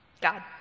God